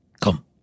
come